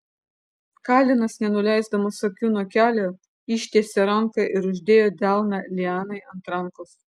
kalenas nenuleisdamas akių nuo kelio ištiesė ranką ir uždėjo delną lianai ant rankos